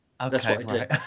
okay